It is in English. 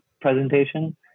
presentation